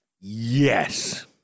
Yes